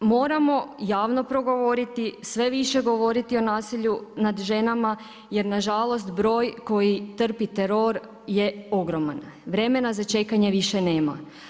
Moramo javno progovoriti, sve više govoriti o nasilju nad ženama jer nažalost broj koji trpi teror je ogroman, vremena za čekanje više nema.